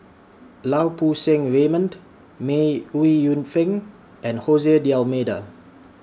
Lau Poo Seng Raymond May Ooi Yu Fen and Jose D'almeida